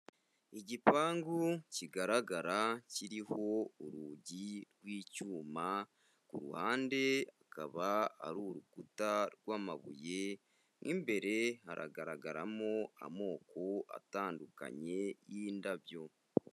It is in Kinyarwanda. Igipangu kigaragara kiriho urugi rw'icyuma ku ruhande akaba ari urukuta rw'amabuye, mo imbere haragaragaramo amoko atandukanye y'indabyo.